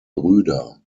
brüder